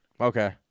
okay